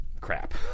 crap